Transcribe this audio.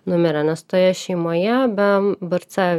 numirė nes toje šeimoje be brc